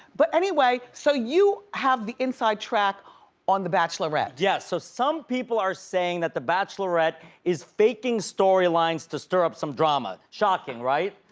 but anyway, so you have the inside track on the bachelorette. yes. so, some people are saying that bachelorette is faking storylines to stir up some drama. shocking, right?